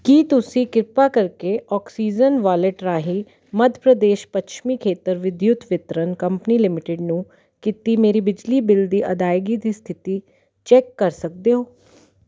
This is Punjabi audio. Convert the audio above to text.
ਕੀ ਤੁਸੀਂ ਕਿਰਪਾ ਕਰਕੇ ਆਕਸੀਜਨ ਵਾਲਿਟ ਰਾਹੀਂ ਮੱਧ ਪ੍ਰਦੇਸ਼ ਪੱਛਮੀ ਖੇਤਰ ਵਿਦਯੁਤ ਵਿਤਰਨ ਕੰਪਨੀ ਲਿਮਟਿਡ ਨੂੰ ਕੀਤੀ ਮੇਰੀ ਬਿਜਲੀ ਬਿੱਲ ਦੀ ਅਦਾਇਗੀ ਦੀ ਸਥਿਤੀ ਚੈਕ ਕਰ ਸਕਦੇ ਹੋ